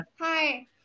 Hi